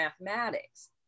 mathematics